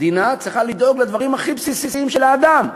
מדינה צריכה לדאוג לדברים הכי בסיסיים של האדם.